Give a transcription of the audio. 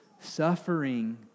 Suffering